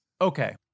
Okay